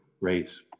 race